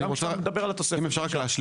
אני הייתי רוצה לתת למורה שעשתה מאמץ מיוחד להגיע.